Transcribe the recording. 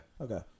okay